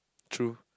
true